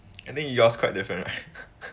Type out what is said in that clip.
and then yours got different right